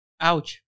Ouch